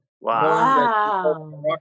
Wow